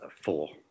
Four